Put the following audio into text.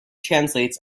translates